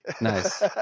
Nice